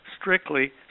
strictly